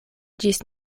ĝis